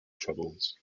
troubles